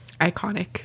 iconic